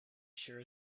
sure